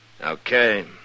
Okay